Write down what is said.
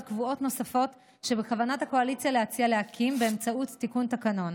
קבועות נוספות שבכוונת הקואליציה להציע להקים באמצעות תיקון תקנון.